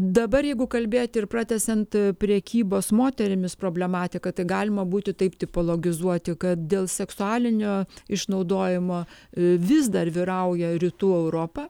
dabar jeigu kalbėti ir pratęsiant prekybos moterimis problematiką tai galima būtų taip tipologizuoti kad dėl seksualinio išnaudojimo vis dar vyrauja rytų europa